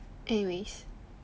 anyways